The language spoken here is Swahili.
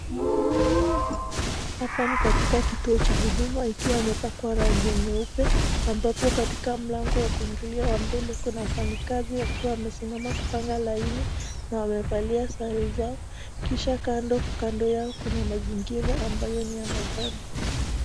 Hapa ni katika kituo cha huduma ikiwa imepakwa rangi ya nyeupe ambapo katika mlango wa kuingilia mbele kuna wafanyikazi wakiwa wamesimama kupanga laini na wamevalia sare zao kisha kando kando yao kuna mazingira ambayo ni ya majani.